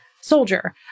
soldier